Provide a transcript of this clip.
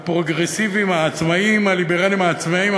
שהמטרה שלו לקחת את אותן שכונות שנמצאות בפרברי ערים בהזנחה גדולה מאוד,